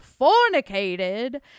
fornicated